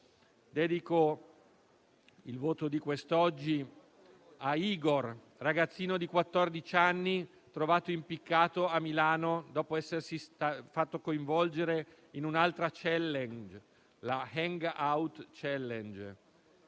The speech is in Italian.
Dedico il voto di quest'oggi a Igor, ragazzino di quattordici anni, trovato impiccato a Milano dopo essersi fatto coinvolgere in un'altra *challenge*, la *hangout* *challenge*.